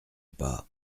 pas